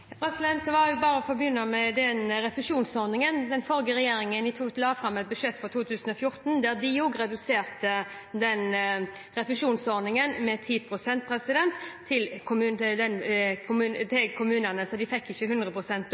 å begynne med refusjonsordningen – den forrige regjeringen la fram et budsjett for 2014 der de også reduserte refusjonsordningen til kommunene med 10 pst. – så de fikk ikke